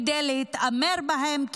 כדי להתעמר בהם,